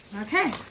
Okay